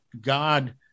God